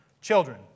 Children